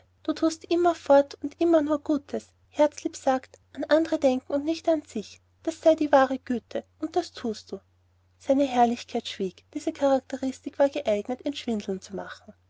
du thust immerfort und immer nur gutes herzlieb sagt an andre denken und nicht an sich das sei die wahre güte und das thust du seine herrlichkeit schwieg diese charakteristik war geeignet ihn schwindeln zu machen